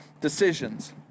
decisions